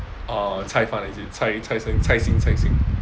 uh caifan is it cai caixin caixin